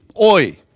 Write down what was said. Oi